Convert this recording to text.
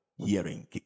hearing